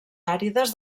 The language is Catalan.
àrides